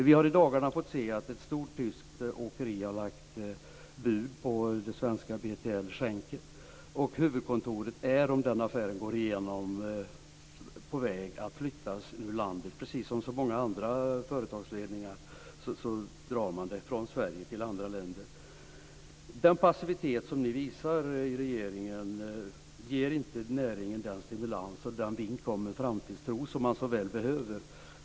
Vi har i dagarna fått se att ett stort tyskt åkeri har lagt bud på det svenska BTL Schenker. Huvudkontoret är, om den affären går igenom, på väg att flyttas ur landet. Precis som så många andra företagsledningar drar man det från Sverige till andra länder. Den passivitet som regeringen visar ger inte näringen den stimulans och den vink om framtidstro som man så väl behöver.